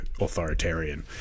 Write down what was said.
authoritarian